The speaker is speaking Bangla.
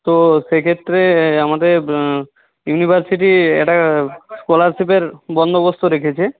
তো সেক্ষেত্রে আমাদের ইউনিভার্সিটি একটা স্কলারশিপের বন্দোবস্ত রেখেছে